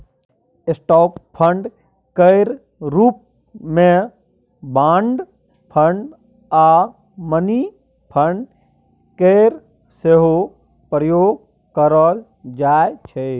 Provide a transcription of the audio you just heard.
stock fund केर रूप मे बॉन्ड फंड आ मनी फंड केर सेहो प्रयोग करल जाइ छै